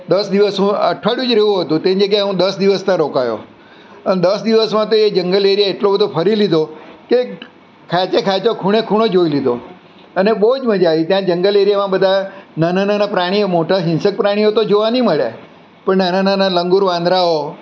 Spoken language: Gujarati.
દસ દિવસ અઠવાડિયું જ રહેવું હતું તેની જગ્યાએ હું દસ દિવસ ત્યાં રોકાયો અને દસ દિવસમાં તો એ જંગલ એરિયા એટલો બધો ફરી લીધો કે ખાંચે ખાંચો ખૂણે ખૂણો જોઈ લીધો અને બહુ જ મજા આવી ત્યાં જંગલ એરિયામા ંબધા નાના નાના પ્રાણીઓ મોટા હિંસક પ્રાણીઓ તો જોવા નહીં મળે પણ નાના નાના લંગૂર વાંદરાઓ